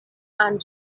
and